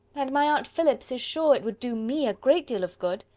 and my aunt phillips is sure it would do me a great deal of good,